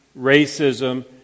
racism